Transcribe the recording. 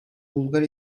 bulgar